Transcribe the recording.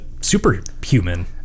superhuman